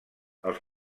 els